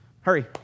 Hurry